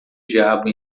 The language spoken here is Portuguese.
diabo